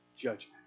judgment